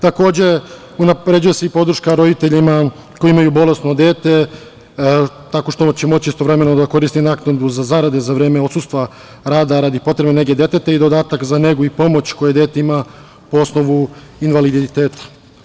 Takođe, unapređuje se i podrška roditeljima koji imaju bolesno dete, tako što će moći istovremeno da koristi naknadu za zarade za vreme odsustva sa rada radi potrebne nege deteta i dodatak za negu i pomoć koju dete ima po osnovu invaliditeta.